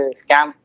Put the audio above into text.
scam